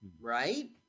right